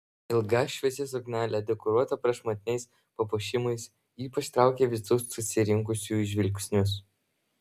ilga šviesi suknelė dekoruota prašmatniais papuošimais ypač traukė visų susirinkusiųjų žvilgsnius